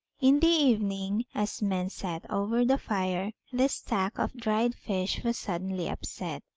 in the evening, as men sat over the fire, the stack of dried fish was suddenly upset,